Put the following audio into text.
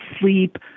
sleep